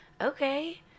okay